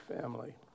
family